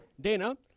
Dana